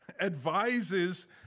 advises